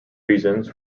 reasons